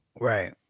Right